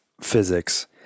physics